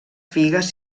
figues